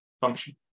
function